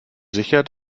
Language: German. sicher